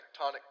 tectonic